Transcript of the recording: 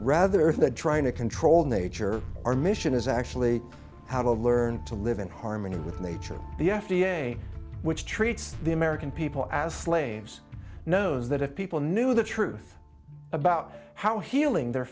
rather than trying to control nature our mission is actually how to learn to live in harmony with nature the f d a which treats the american people as flames knows that if people knew the truth about how healing their